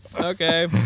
Okay